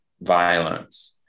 violence